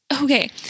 Okay